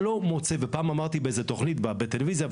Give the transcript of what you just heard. פעם אמרתי באיזו תכנית בטלוויזיה,